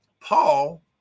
Paul